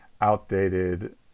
outdated